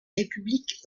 républiques